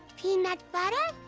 peanut but